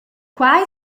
quai